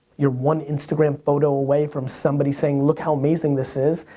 you're one instagram photo away from somebody saying look how amazing this is.